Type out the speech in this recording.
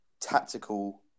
tactical